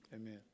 amen